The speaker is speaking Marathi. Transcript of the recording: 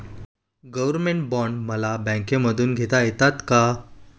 गव्हर्नमेंट बॉण्ड मला बँकेमधून घेता येतात का?